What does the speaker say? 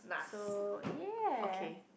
so ya